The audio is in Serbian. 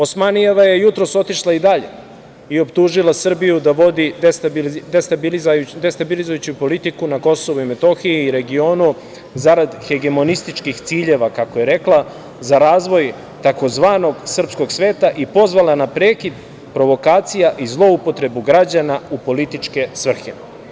Osmanijeva je jutros otišla i dalje i optužila Srbiju da vodi destabilizijuću politiku na KiM i regionu zarada hegemonističkih ciljeva kako je rekla, za razvoj tzv. srpskog sveta, i pozvala na prekid provokacija i zloupotrebu građana u političke svrhe.